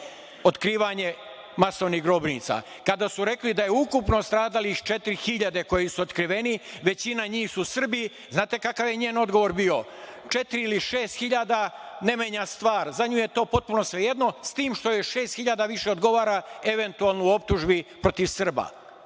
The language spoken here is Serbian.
otkrivanje masovnih grobnica. Kada su rekli da je ukupno stradalih četiri hiljade, koji su otkriveni, većina njih su Srbi, znate kakav je njen odgovor bio - četiri ili šest hiljada ne menja stvar. Za nju je to potpuno svejedno, s tim što joj šest hiljada više odgovara eventualno u optužbi protiv Srba.